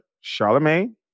Charlemagne